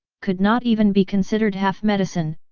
could not even be considered half medicine,